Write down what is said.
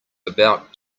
about